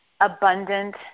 abundant